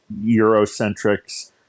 Eurocentrics